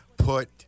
Put